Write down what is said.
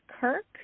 Kirk